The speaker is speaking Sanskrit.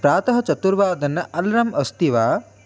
प्रातः चतुर्वादनस्य अल्राम् अस्ति वा